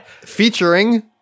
featuring